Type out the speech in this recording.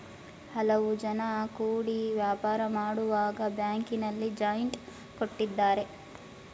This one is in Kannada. ಹಲವು ಜನ ಕೂಡಿ ವ್ಯಾಪಾರ ಮಾಡುವಾಗ ಬ್ಯಾಂಕಿನಲ್ಲಿ ಜಾಯಿಂಟ್ ಕೊಟ್ಟಿದ್ದಾರೆ